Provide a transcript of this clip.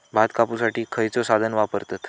भात कापुसाठी खैयचो साधन वापरतत?